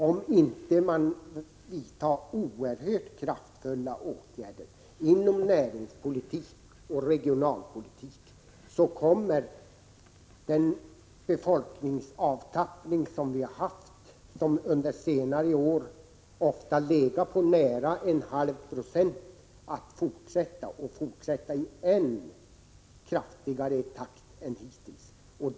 Om inte oerhört kraftfulla åtgärder vidtas inom näringspolitik och regionalpolitik, kommer den befolkningsavtappning, som under senare år ofta legat på nära en halv procent, att fortsätta i än snabbare takt än hittills.